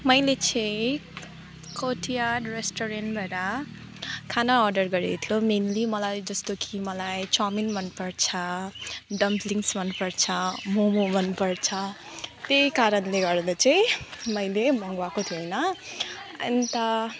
मैले चाहिँ कोटयार्ड रेस्टुरेन्टबाट खाना अर्डर गरेको थियो मेन्ली मलाई जस्तो कि मलाई चाउमिन मन पर्छ डम्पलिङ्स मन पर्छ मोमो मन पर्छ त्यही कारणले गर्दा चाहिँ मैले मगाएको थिएँ होइन अन्त